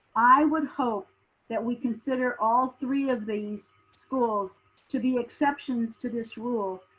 i would hope that we consider all three of these schools to be exceptions to this rule.